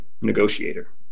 negotiator